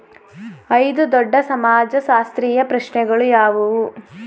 ಐದು ದೊಡ್ಡ ಸಮಾಜಶಾಸ್ತ್ರೀಯ ಪ್ರಶ್ನೆಗಳು ಯಾವುವು?